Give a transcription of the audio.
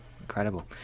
Incredible